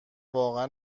واقعا